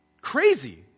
crazy